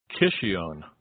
Kishion